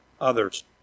others